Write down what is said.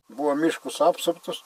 buvo miškus apsuptus